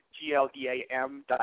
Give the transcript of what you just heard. G-L-E-A-M